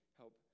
help